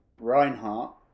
Reinhardt